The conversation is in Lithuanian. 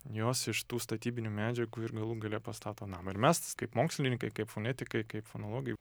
jos iš tų statybinių medžiagų ir galų gale pastato namą ir mes kaip mokslininkai kaip fonetikai kaip fonologai